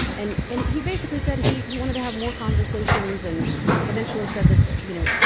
and and he basically said he he wanted to have more conversations and eventually said that, you know,